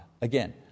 Again